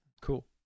Cool